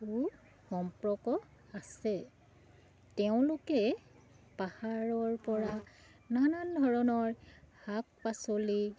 সু সম্পৰ্ক আছে তেওঁলোকে পাহাৰৰ পৰা নানান ধৰণৰ শাক পাচলি